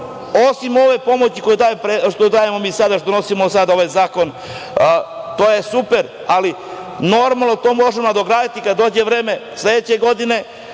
osim ove pomoći što dajemo mi sada, što nosimo sada ovaj zakon, to je super, ali normalno to možemo nadograditi kada dođe vreme sledeće godine,